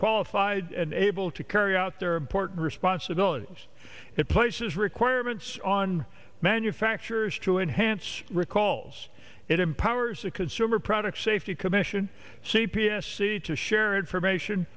qualified and able to carry out their important responsibilities it places requirements on manufacturers to enhance recalls it empowers a consumer product safety commission c p s city to share information